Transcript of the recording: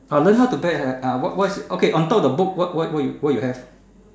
ah learn how to bet here ah what what's okay on top of the book what what what you what you have